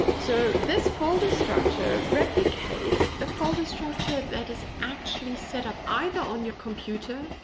so, this folder structure replicates a folder structure that is actually set-up either on your computer,